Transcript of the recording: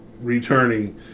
returning